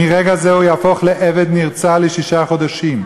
מרגע זה הוא יהפוך לעבד נרצע לשישה חודשים.